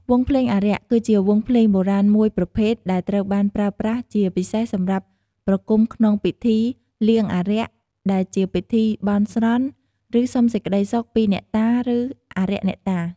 វង់ភ្លេងអារក្ស គឺជាវង់ភ្លេងបុរាណមួយប្រភេទដែលត្រូវបានប្រើប្រាស់ជាពិសេសសម្រាប់ប្រគំក្នុង ពិធីលៀងអារក្ស ដែលជាពិធីបន់ស្រន់ ឬសុំសេចក្ដីសុខពីអ្នកតា ឬអារក្សអ្នកតា។